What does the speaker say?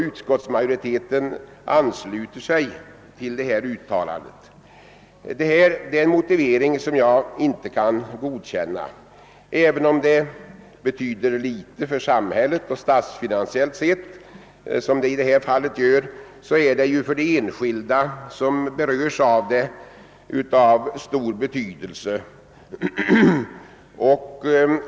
Utskottsmajoriteten ansluter sig till detta uttalande. Detta är en motivering som jag inte kan godkänna. Även om det betyder litet för samhället statsfinansiellt sett som det gör i det här fallet, är det för de enskilda som berörs av stor betydelse.